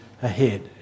Ahead